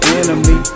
enemy